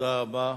תודה רבה.